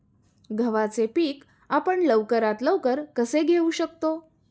गव्हाचे पीक आपण लवकरात लवकर कसे घेऊ शकतो?